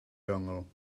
dongle